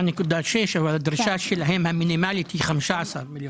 הדרישה המינימאלית שלהם היא 15 מיליון.